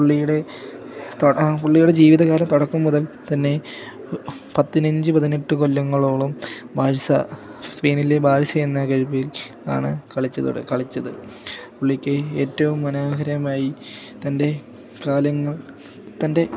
പുള്ളിയുടെ പുള്ളിയുടെ ജീവിതകാലം തുടക്കം മുതൽ തന്നെ പത്തിനഞ്ച് പതിനെട്ട് കൊല്ലങ്ങളോളം ബാഴ്സ സ്പൈനിലെ ബാഴ്സ്യ എന്ന കൾബിൽ ആണ് കളിച്ച് കളിച്ചത് പുള്ളിക്ക് ഏറ്റവും മനോഹരമായി തൻ്റെ കാലങ്ങൾ തൻ്റെ